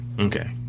Okay